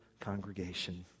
congregation